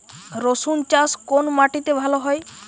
রুসুন চাষ কোন মাটিতে ভালো হয়?